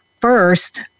first